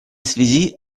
связи